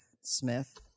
smith